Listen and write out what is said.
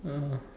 (uh huh)